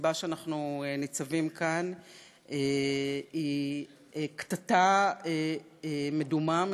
הסיבה שאנחנו ניצבים כאן היא קטטה מדומה,